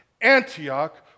Antioch